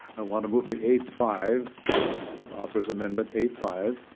i want to move the a five authors amendment a five.